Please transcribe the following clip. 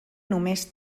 només